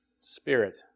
spirit